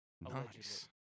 Nice